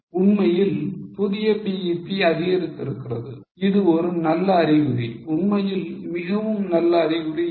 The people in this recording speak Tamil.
உண்மையில் புதிய BEP அதிகரித்திருக்கிறது இது ஒரு நல்ல அறிகுறி உண்மையில் மிகவும் நல்ல அறிகுறி இல்லை